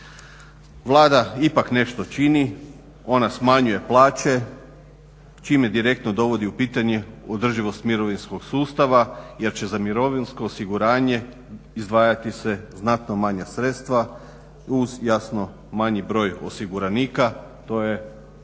Vlada ipak nešto čini, ona smanjuje plaće čime direktno dovodi u pitanje održivost mirovinskog sustava, jer će za mirovinsko osiguranje izdvajati se znatno manja sredstva uz jasno manji broj osiguranika. To je i